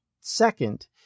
Second